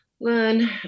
learn